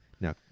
Now